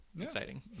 exciting